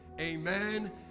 Amen